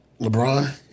LeBron